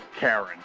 Karen